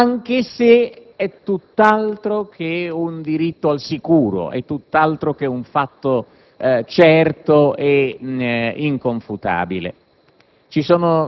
anche se è tutt'altro che un diritto al sicuro o un fatto certo ed inconfutabile,